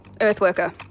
Earthworker